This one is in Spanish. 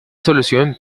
solución